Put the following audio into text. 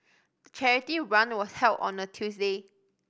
the charity run was held on a Tuesday